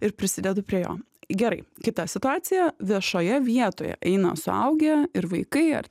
ir prisidedu prie jo gerai kita situacija viešoje vietoje eina suaugę ir vaikai ar